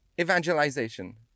Evangelization